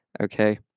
Okay